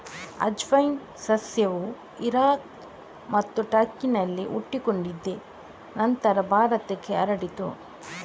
ಅಜ್ವೈನ್ ಸಸ್ಯವು ಇರಾನ್ ಮತ್ತು ಟರ್ಕಿನಲ್ಲಿ ಹುಟ್ಟಿಕೊಂಡಿದೆ ನಂತರ ಭಾರತಕ್ಕೆ ಹರಡಿತು